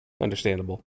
Understandable